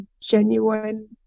genuine